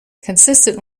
consistent